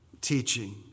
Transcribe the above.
teaching